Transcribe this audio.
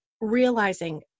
realizing